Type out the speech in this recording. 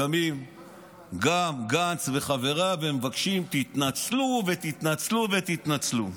קמים גם גנץ וחבריו ומבקשים: תתנצלו ותתנצלו ותתנצלו.